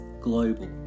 global